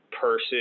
person